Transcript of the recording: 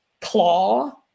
claw